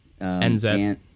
NZ